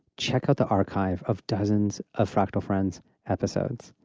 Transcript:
check out the archive of dozens of fractal friends episodes.